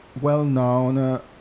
well-known